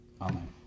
Amen